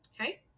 okay